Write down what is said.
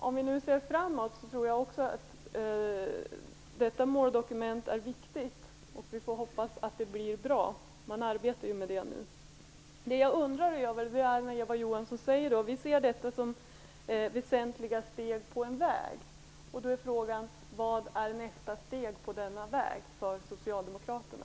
Om vi nu ser framåt, tror jag att detta måldokument är viktigt. Vi får hoppas att det blir bra; man jobbar ju med det nu. Jag undrar vad Eva Johansson menar när hon säger att de ser detta som väsentliga steg på en väg. Då är frågan: Vad är nästa steg på denna väg för Socialdemokraterna?